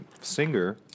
singer